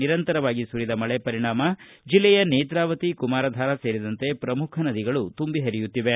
ನಿರಂತರವಾಗಿ ಸುರಿದ ಮಳೆ ಪರಿಣಾಮ ಜಿಲ್ಲೆಯ ನೇತ್ರಾವತಿ ಕುಮಾರಧಾರಾ ಸೇರಿದಂತೆ ಪ್ರಮುಖ ನದಿಗಳು ತುಂಬಿ ಪರಿಯುತ್ತಿವೆ